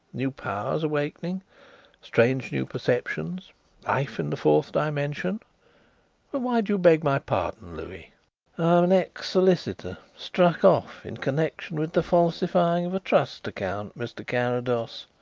new powers awakening strange new perceptions life in the fourth dimension. but why do you beg my pardon, louis? i am an ex-solicitor, struck off in connexion with the falsifying of a trust account, mr. carrados,